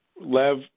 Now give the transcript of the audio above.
Lev